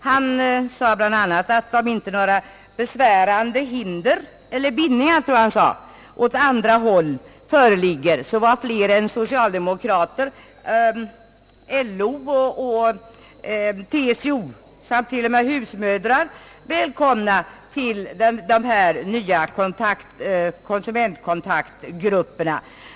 Han sade bl.a. att om det inte föreligger några besvärande bindningar åt andra håll, var flera än socialdemokrater — LO, TCO och till och med husmödrar — välkomna till de nya konsumentkontaktgrupperna.